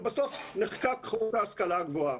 בסוף נחקק חוק ההשכלה הגבוהה.